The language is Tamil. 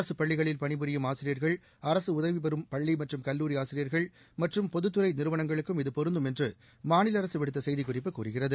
அரசு பள்ளிகளில் பணிபுரியும் ஆசிரியர்கள் அரசு உதவி பெறும் பள்ளி மற்றும் கல்லூரி ஆசிரியர்கள் மற்றும் பொது துறை நிறுவங்களுக்கும் இது பொருந்தும் என்று மாநில அரசு விடுத்த செய்து குறிப்பு கூறுகிறது